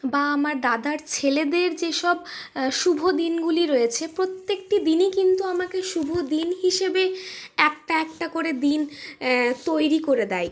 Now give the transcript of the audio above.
বা আমার দাদার ছেলেদের যেসব শুভ দিনগুলি রয়েছে প্রত্যেকটি দিনই কিন্তু আমাকে শুভ দিন হিসেবে একটা একটা করে দিন তৈরি করে দেয়